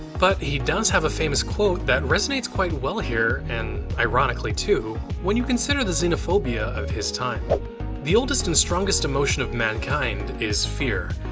but he does have a famous quote that resonates quite well here and ironically too when you consider the xenophobia of his time the oldest and strongest emotion of mankind is fear,